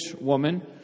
woman